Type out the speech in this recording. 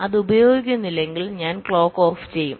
അത് ഉപയോഗിക്കുന്നില്ലെങ്കിൽ ഞാൻ ക്ലോക്ക് ഓഫ് ചെയ്യും